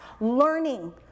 learning